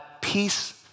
peace